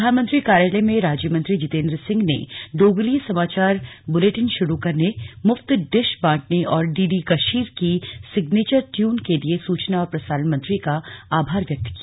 प्रधानमंत्री कार्यालय में राज्यमंत्री जितेन्द्र सिंह ने डोगरी समाचार बुलेटिन शुरू करने मुफ्त डिश बांटने और डीडी कशीर की सिग्नेचर ट्यून के लिए सूचना और प्रसारण मंत्री का आभार व्यक्त किया